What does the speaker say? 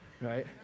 right